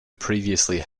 previously